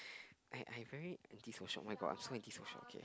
I I very anti social oh-my-god I'm so anti social okay